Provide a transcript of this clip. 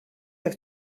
wyt